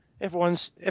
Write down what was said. everyone's